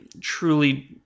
truly